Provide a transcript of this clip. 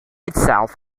itself